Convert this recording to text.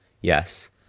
Yes